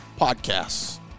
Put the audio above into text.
podcasts